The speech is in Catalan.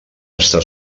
estar